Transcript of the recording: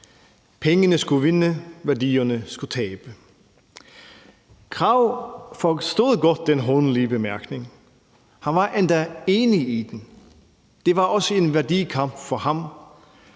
Pengene skulle vinde, værdierne skulle tabe. Krag forstod godt den hånlige bemærkning, og han var endda enig i den. Det var også en værdikamp for ham,